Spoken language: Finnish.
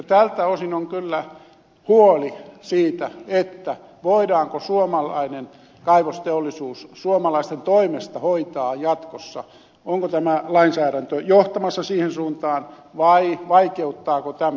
tältä osin on kyllä huoli siitä voidaanko suomalainen kaivosteollisuus suomalaisten toimesta hoitaa jatkossa onko tämä lainsäädäntö johtamassa siihen suuntaan vai vaikeuttaako tämä